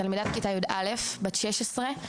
תלמידת כיתה י"א בת 16,